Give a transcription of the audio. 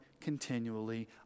continually